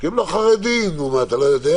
כי הם לא חרדים נו, אתה לא יודע?